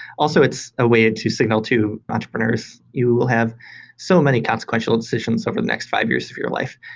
also, it's a way ah to signal to entrepreneurs. you will have so many consequential decisions over the next five years of your life,